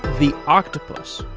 the octopus,